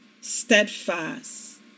steadfast